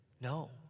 No